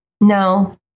no